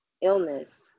illness